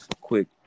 quick